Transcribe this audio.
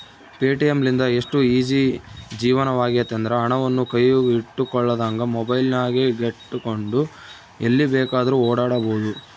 Paytm ಲಿಂದ ಎಷ್ಟು easy ಜೀವನವಾಗೆತೆಂದ್ರ, ಹಣವನ್ನು ಕೈಯಗ ಇಟ್ಟುಕೊಳ್ಳದಂಗ ಮೊಬೈಲಿನಗೆಟ್ಟುಕೊಂಡು ಎಲ್ಲಿ ಬೇಕಾದ್ರೂ ಓಡಾಡಬೊದು